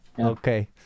okay